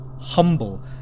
humble